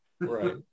Right